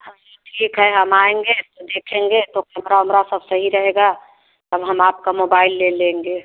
चलिए ठीक है हम आएंगे तो देखेंगे तो कैमरा ओमरा सब सही रहेगा तब हम आपका मोबाइल ले लेंगे